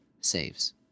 saves